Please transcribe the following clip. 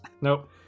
nope